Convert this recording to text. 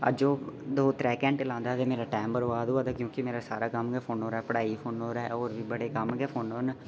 अज्ज ओह् दो त्रै घैंटे लांदा ते मेरा टैम बरबाद होआ दा क्योंकि मेरा सारा कम्म गै फोनै पर ऐ पढ़ाई फोनै पर ऐ होर बी बड़े कम्म बी फोनै पर न